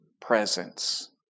presence